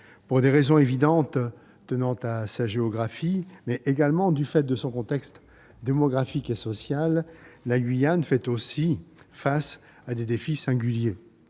pour des raisons évidentes, tenant à sa géographie et également du fait de son contexte démographique et social, la Guyane fait aussi face à des défis singuliers.